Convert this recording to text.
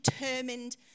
determined